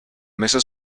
mrs